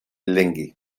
länge